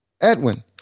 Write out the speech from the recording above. Edwin